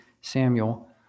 Samuel